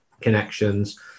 connections